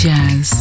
Jazz